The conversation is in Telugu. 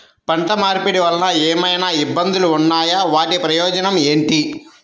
పంట మార్పిడి వలన ఏమయినా ఇబ్బందులు ఉన్నాయా వాటి ప్రయోజనం ఏంటి?